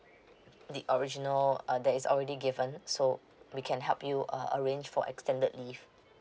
the original uh that is already given so we can help you uh arrange for extended leave